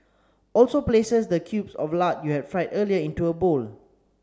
also places the cubes of lard you had fried earlier into a bowl